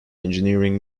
engineering